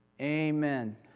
Amen